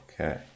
Okay